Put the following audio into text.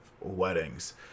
weddings